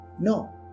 No